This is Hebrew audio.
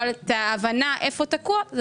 את ההבנה איפה הדברים תקועים.